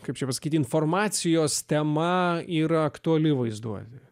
kaip jums kiti informacijos tema yra aktuali vaizduotę